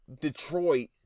Detroit